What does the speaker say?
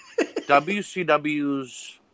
WCW's